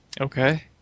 Okay